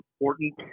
important